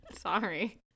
Sorry